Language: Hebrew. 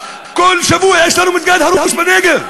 כל שבוע יש לנו מסגד הרוס בנגב.